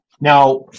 Now